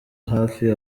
hafi